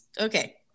Okay